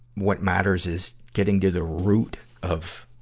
what matters is getting to the root of,